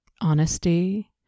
honesty